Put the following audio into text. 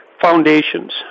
foundations